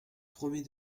premier